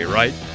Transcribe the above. right